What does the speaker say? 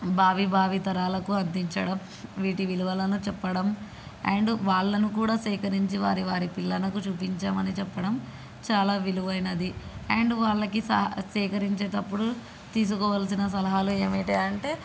బావి బావి తరాలకు అందించడం వీటి విలువలను చెప్పడం అండ్ వాళ్ళను కూడా సేకరించి వారి వారి పిల్లలకు చూపించమని చెప్పడం చాలా విలువైనది అండ్ వాళ్ళకి సేకరించేటప్పుడు తీసుకోవలసిన సలహాలు ఏమిటి అంటే